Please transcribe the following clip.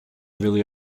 really